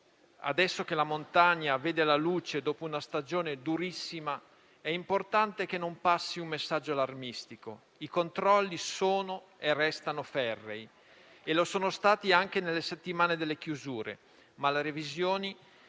adesso che la montagna vede la luce dopo una stagione durissima, è importante che non passi un messaggio allarmistico: i controlli sono e restano ferrei e lo sono stati anche nelle settimane delle chiusure, ma le revisioni